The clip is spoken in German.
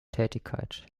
tätigkeit